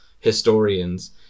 historians